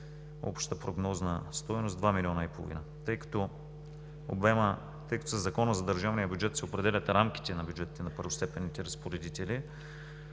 общата прогнозна стойност е 2,5 милиона. Тъй като със Закона за държавния бюджет се определят рамките на бюджетите на първостепенните разпоредители,